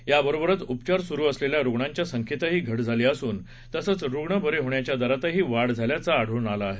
याबरोबरच उपचार सुरू असलेल्या रूग्णांच्या संख्येतही घट झाली असून तसंच रूग्ण बरे होण्याच्या दरातही वाढ झाल्याचं आढळून आलं आहे